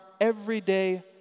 everyday